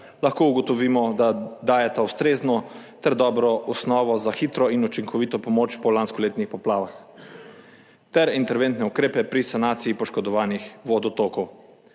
lahko ugotovimo, da dajeta ustrezno ter dobro osnovo za hitro in učinkovito pomoč po lanskoletnih poplavah, ter interventne ukrepe pri sanaciji poškodovanih vodotokov.